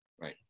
Right